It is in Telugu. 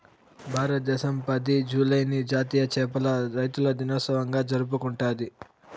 భారతదేశం పది, జూలైని జాతీయ చేపల రైతుల దినోత్సవంగా జరుపుకుంటాది